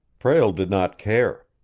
prale did not care.